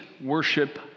worship